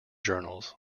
journals